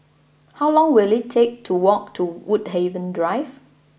how long will it take to walk to Woodhaven Drive